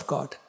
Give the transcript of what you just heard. God